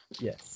Yes